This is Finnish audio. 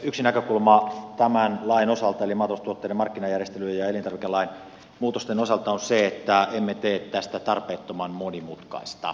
yksi näkökulma tämän lain osalta eli maataloustuotteiden markkinajärjestelyjen ja elintarvikelain muutosten osalta on se että emme tee tästä tarpeettoman monimutkaista